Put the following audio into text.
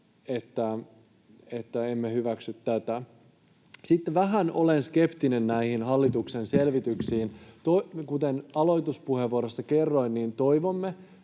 emme hyväksy tätä. Vähän olen skeptinen näistä hallituksen selvityksistä. Kuten aloituspuheenvuorossani kerroin,